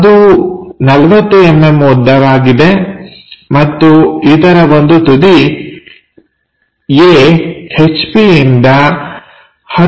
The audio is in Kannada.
ಅದು 40mm ಉದ್ದವಾಗಿದೆ ಮತ್ತು ಇದರ ಒಂದು ತುದಿ A ಹೆಚ್ ಪಿಇಂದ 10mm ನಲ್ಲಿ ಇದೆ